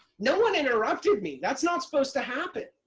no one interrupted me! that's not supposed to happen!